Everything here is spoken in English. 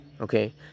okay